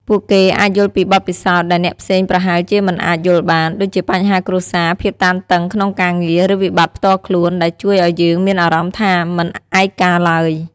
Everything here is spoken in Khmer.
ពួកគេអាចយល់ពីបទពិសោធន៍ដែលអ្នកផ្សេងប្រហែលជាមិនអាចយល់បាន ដូចជាបញ្ហាគ្រួសារ ភាពតានតឹងក្នុងការងារ ឬវិបត្តិផ្ទាល់ខ្លួន ដែលជួយឱ្យយើងមានអារម្មណ៍ថា មិនឯកាឡើយ។